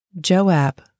Joab